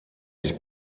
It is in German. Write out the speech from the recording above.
sich